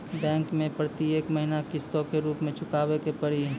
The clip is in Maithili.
बैंक मैं प्रेतियेक महीना किस्तो के रूप मे चुकाबै के पड़ी?